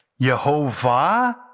Yehovah